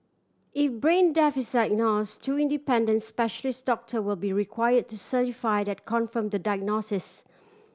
if brain death is diagnose two independent specialist doctor will be require to certify that confirm the diagnosis